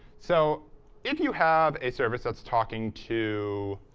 so if you have a service that's talking to